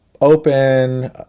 open